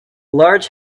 large